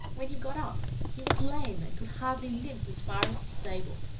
when he got up, he was lame and could hardly limp as far as the stable.